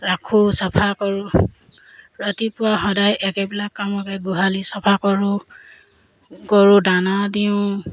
ৰাখোঁ চফা কৰোঁ ৰাতিপুৱা সদায় একেবিলাক কামকে গোহালি চফা কৰোঁ গৰু দানা দিওঁ